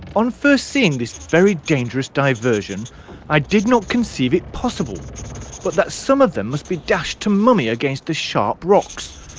on first seeing this very dangerous diversion i did not conceive it possible but that some of them must be dashed to mummy against the sharp rocks,